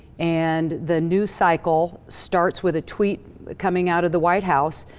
and the news cycle starts with a tweet coming out of the white house,